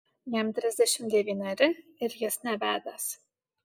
jam trisdešimt devyneri ir jis nevedęs